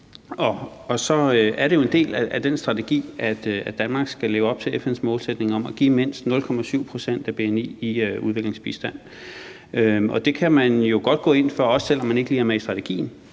det andet en del af den strategi, at Danmark skal leve op til FN's målsætning om at give mindst 0,7 pct. af bni i udviklingsbistand. Og det kan man jo godt gå ind for, også selv om man ikke lige er med i strategien,